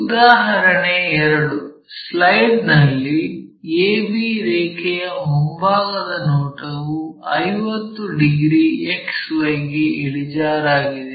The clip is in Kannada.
ಉದಾಹರಣೆ 2 ಸ್ಲೈಡ್ ನಲ್ಲಿ ab ರೇಖೆಯ ಮುಂಭಾಗದ ನೋಟವು 50 ಡಿಗ್ರಿ XY ಗೆ ಇಳಿಜಾರಾಗಿದೆ